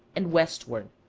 and westward.